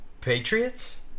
Patriots